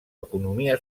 economia